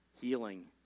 healing